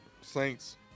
Saints